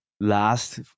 last